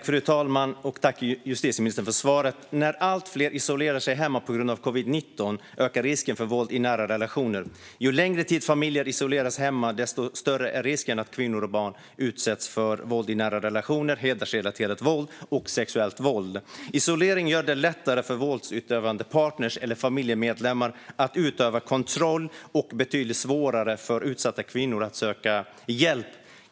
Fru talman! Jag tackar justitieministern för svaret. När allt fler isolerar sig hemma på grund av covid-19 ökar risken för våld i nära relationer. Ju längre tid familjer isoleras hemma, desto större är risken att kvinnor och barn utsätts för våld i nära relationer, hedersrelaterat våld och sexuellt våld. Isolering gör det lättare för våldsutövande partner eller familjemedlemmar att utöva kontroll och betydligt svårare för utsatta kvinnor att söka hjälp.